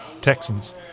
Texans